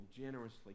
generously